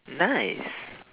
nice